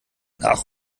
nach